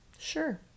Sure